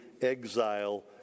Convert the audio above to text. exile